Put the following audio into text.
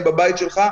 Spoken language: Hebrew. בבית שלך.